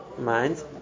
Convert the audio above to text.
mind